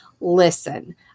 Listen